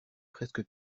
presque